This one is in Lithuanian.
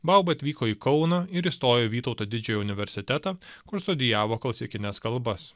bauba atvyko į kauną ir įstojo vytauto didžiojo universitetą kur studijavo klasikines kalbas